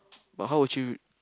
but how would you